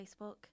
Facebook